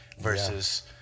versus